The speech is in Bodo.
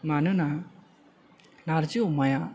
मानोना नार्जि अमाया